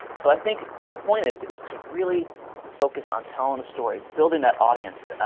so i think the point is is to really focus on telling a story, building that audience.